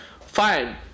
Fine